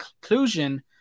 conclusion